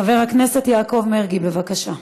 חבר הכנסת יעקב מרגי, בבקשה.